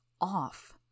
off